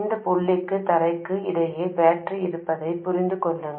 இந்தப் புள்ளிக்கும் தரைக்கும் இடையே பேட்டரி இருப்பதைப் புரிந்து கொள்ளுங்கள்